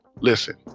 listen